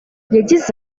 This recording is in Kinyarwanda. yagize